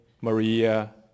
Maria